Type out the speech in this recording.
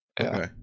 Okay